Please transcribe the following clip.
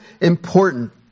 important